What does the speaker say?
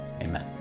Amen